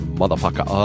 motherfucker